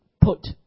put